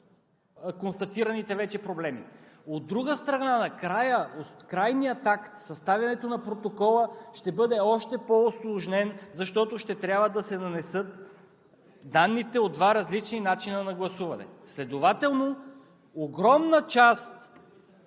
констатираните вече проблеми. От друга страна, крайният акт – съставянето на протокола, ще бъде още по-усложнен, защото ще трябва да се нанесат данните от два различни начина на гласуване. Следователно огромна част